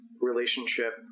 relationship